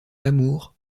amour